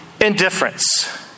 indifference